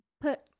put